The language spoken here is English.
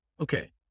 Okay